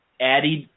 added